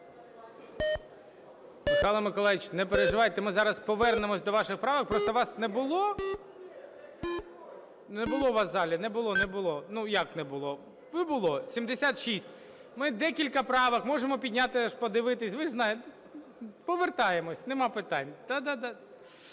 Михайло Миколайович, не переживайте, ми зараз повернемося до вашої правки, просто вас не було. Не було вас у залі. Не було, не було. Ну, як не було? Не було. 17:00:41 За-76 Ми декілька правок можемо підняти подивитись, ви ж знаєте. Повертаємося, нема питань. Да-да.